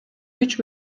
күч